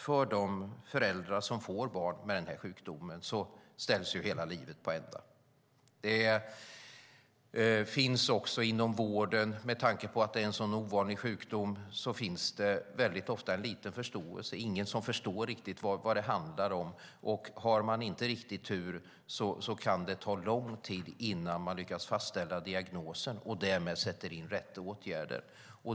För de föräldrar som får barn med den här sjukdomen ställs hela livet på ända. Med tanke på att det är en sådan ovanlig sjukdom finns det inom vården väldigt ofta en liten förståelse. Det är ingen som riktigt förstår vad det handlar om. Och har man inte riktig tur kan det ta lång tid innan de lyckas fastställa diagnosen och därmed sätter in rätt åtgärder.